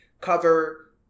cover